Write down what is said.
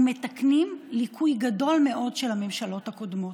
ומתקנים ליקוי גדול מאוד של הממשלות הקודמות.